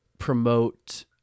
promote